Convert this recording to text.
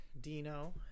Dino